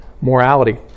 morality